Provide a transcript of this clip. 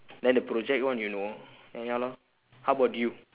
then the project one you know ya lor how about you